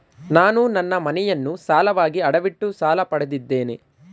ನಾನು ನನ್ನ ಮನೆಯನ್ನು ಸಾಲವಾಗಿ ಅಡವಿಟ್ಟು ಸಾಲ ಪಡೆದಿದ್ದೇನೆ